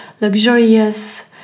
luxurious